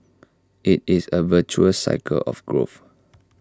IT is A virtuous cycle of growth